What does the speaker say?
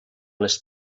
les